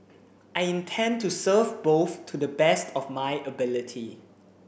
I intend to serve both to the best of my ability